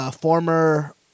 former